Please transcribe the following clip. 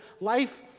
life